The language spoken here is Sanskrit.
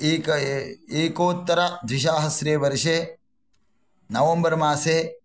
एक एकोत्तरद्विसहस्रे वर्षे नवम्बर् मासे